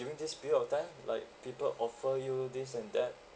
during this period of time like people offer you this and that